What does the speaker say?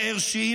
תיאר ש',